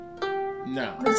No